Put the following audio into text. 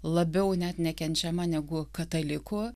labiau net nekenčiama negu katalikų